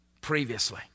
previously